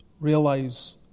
realize